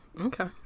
Okay